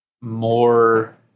more